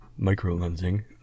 microlensing